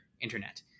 internet